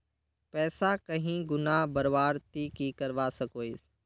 पैसा कहीं गुणा बढ़वार ती की करवा सकोहिस?